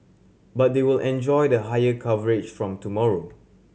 but they will enjoy the higher coverage from tomorrow